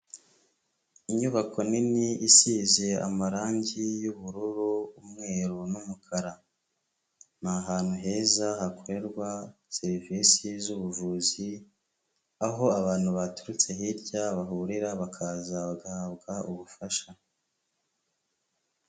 Inyubako nini isize amarangi y'ubururu, umweru n'umukara, ni ahantu heza hakorerwa serivisi z'ubuvuzi, aho abantu baturutse hirya bahurira bakaza bagahabwa ubufasha.